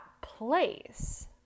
place